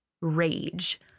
rage